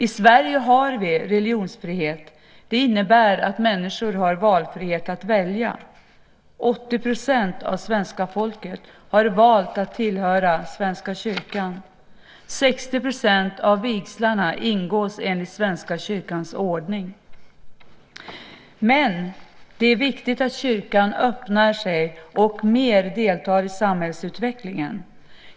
I Sverige har vi religionsfrihet. Det innebär att människor har frihet att välja. 80 % av svenska folket har valt att tillhöra Svenska kyrkan, 60 % av vigslarna ingås enligt Svenska kyrkans ordning. Men det är viktigt att kyrkan öppnar sig och mer deltar i samhällsutvecklingen.